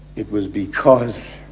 it was because